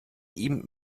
ihm